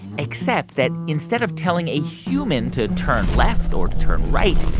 except that instead of telling a human to turn left or to turn right,